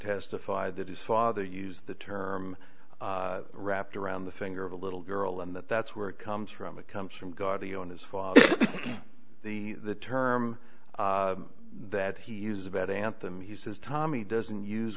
testified that his father used the term wrapped around the finger of a little girl and that that's where it comes from a comes from god even his father the term that he uses about anthem he says tommy doesn't use